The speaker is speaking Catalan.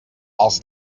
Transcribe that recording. els